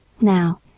Now